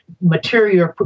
material